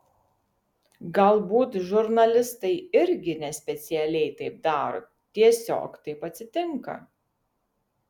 galbūt žurnalistai irgi nespecialiai taip daro tiesiog taip atsitinka